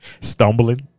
stumbling